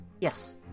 Yes